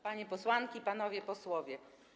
Panie Posłanki i Panowie Posłowie!